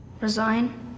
Resign